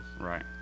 Right